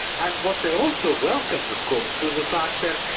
and what they also welcomed, of course, was the fact that,